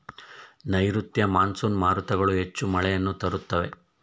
ನೈರುತ್ಯ ಮಾನ್ಸೂನ್ ಮಾರುತಗಳು ಹೆಚ್ಚು ಮಳೆಯನ್ನು ತರುತ್ತವೆ